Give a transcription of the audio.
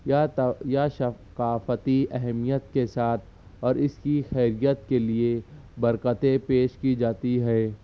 یا تو یا ثقافتی اہمیت کے ساتھ اور اس کی خیریت کے لیے برکتیں پیش کی جاتی ہیں